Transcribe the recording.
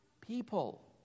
people